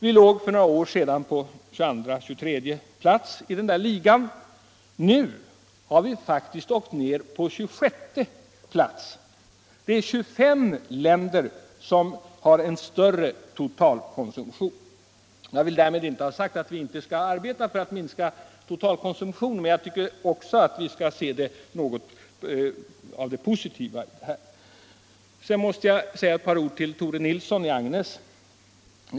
Vi låg för några år sedan på 22:a eller 23:e plats i den ligan, nu har vi faktiskt åkt ned till 26:e plats. 25 länder har en större totalkonsumtion. Jag vill därmed inte säga att vi inte skall arbeta för att minska totalkonsumtionen, men vi bör också se det positiva i utvecklingen. Sedan måste jag säga några ord till herr Nilsson i Agnäs.